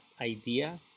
idea